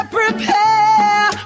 prepare